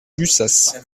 lussas